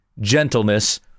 gentleness